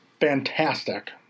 fantastic